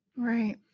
right